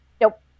nope